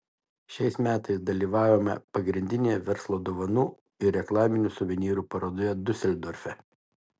šiais metais dalyvavome pagrindinėje verslo dovanų ir reklaminių suvenyrų parodoje diuseldorfe